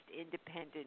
independent